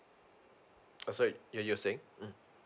sorry you're you're saying mm